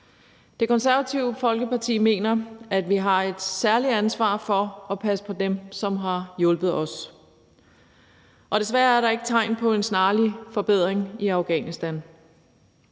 Det Konservative Folkeparti mener, at vi har et særligt ansvar for at passe på dem, som har hjulpet os, og desværre er der ikke tegn på en snarlig forbedring i Afghanistan.